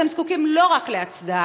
אז הם זקוקים לא רק להצדעה,